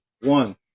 one